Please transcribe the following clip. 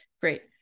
Great